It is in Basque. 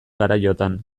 garaiotan